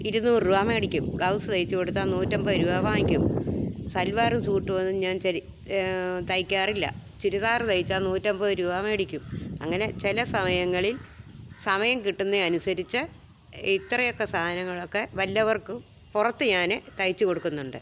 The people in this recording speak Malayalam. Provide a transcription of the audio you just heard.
ഇരുന്നൂറ് രൂപ മേടിക്കും ബ്ലൗസ് തയ്ച്ചു കൊടുത്താൽ നൂറ്റൻപത് രൂപ വാങ്ങിക്കും സൽവാർ സ്യൂട്ട് ഒന്നും ഞാൻ ശരി തയ്ക്കാറില്ല ചുരിദാർ തയ്ച്ചാൽ നൂറ്റൻപത് രൂപാ മേടിക്കും അങ്ങനെ ചില സമയങ്ങളിൽ സമയം കിട്ടുന്നതിനനുസരിച്ച് ഇത്രയൊക്കെ സാധനങ്ങളൊക്കെ വല്ലവർക്കും പുറത്തു ഞാൻ തയ്ച്ചു കൊടുക്കുന്നുണ്ട്